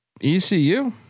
ECU